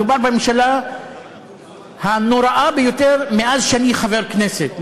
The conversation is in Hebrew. מדובר בממשלה הנוראה ביותר מאז שאני חבר כנסת,